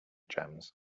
jams